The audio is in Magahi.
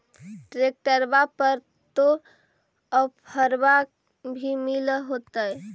ट्रैक्टरबा पर तो ओफ्फरबा भी मिल होतै?